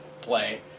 play